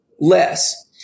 less